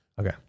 Okay